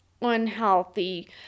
unhealthy